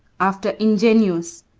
after ingenuus,